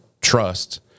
trust